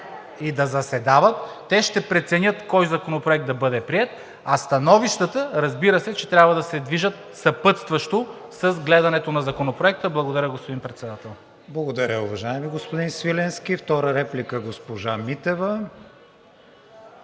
да заседават и те ще преценят кой законопроект да бъде приет, а становищата, разбира се, трябва да се движат съпътстващо с гледането на законопроекта. Благодаря, господин Председател. ПРЕДСЕДАТЕЛ КРИСТИАН ВИГЕНИН: Благодаря, уважаеми господин Свиленски. Втора реплика – госпожа Митева,